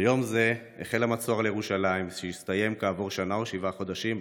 ביום זה החל המצור על ירושלים והסתיים כעבור שנה ושבעה חודשים,